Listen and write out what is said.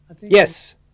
Yes